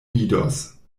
vidos